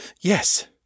Yes